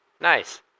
Nice